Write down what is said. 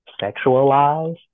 sexualized